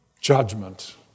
judgment